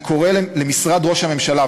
אני קורא למשרד ראש הממשלה,